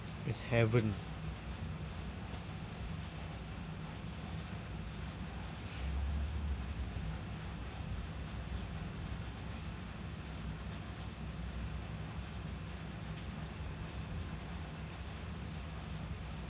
it's heaven